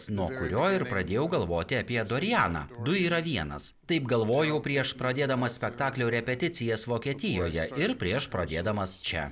nuo kurio ir pradėjau galvoti apie dorianą du yra vienas taip galvojau prieš pradėdamas spektaklio repeticijas vokietijoje ir prieš pradėdamas čia